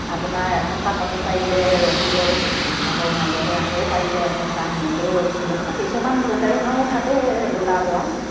আপোনাৰ এসপ্তাহ কণী পাৰিলে ৰখি গ'ল আকৌ মাজতে আকৌ পাৰিলে এসপ্তাহ সেনেকেও ৰখিলে কিছুমান লোকেল হাঁহো থাকে ৰেগুলাৰ পৰা